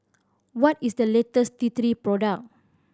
what is the latest T Three product